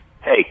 hey